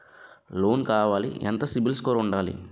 Loan కావాలి ఎంత CIBIL score ఉండాలి?